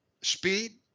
speed